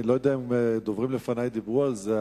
אני לא יודע אם דוברים לפני דיברו על זה,